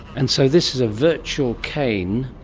and so this is a virtual cane